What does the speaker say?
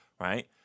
right